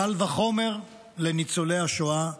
קל וחומר לניצולי השואה הקשישים.